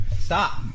Stop